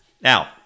Now